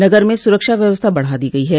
नगर में सुरक्षा व्यवस्था बढ़ा दी गई है